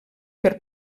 per